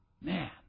Man